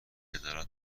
عدالت